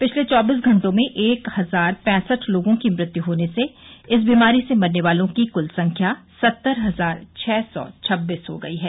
पिछले चौबीस घंटों में एक हजार पैसठ लोगों की मृत्यू होने से इस बीमारी से मरने वालों की कुल संख्या सत्तर हजार छह सौ छब्बीस हो गई है